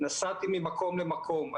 נסעתי ממקום למקום.